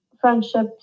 friendships